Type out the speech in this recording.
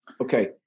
Okay